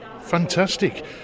Fantastic